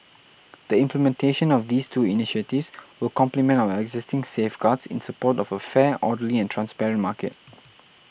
the implementation of these two initiatives will complement our existing safeguards in support of a fair orderly and transparent market